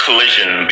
collision